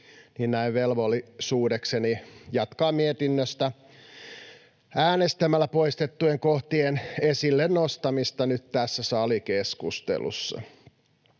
näen velvollisuudekseni jatkaa mietinnöstä äänestämällä poistettujen kohtien esille nostamista nyt tässä salikeskustelussa.